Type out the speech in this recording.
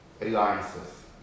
alliances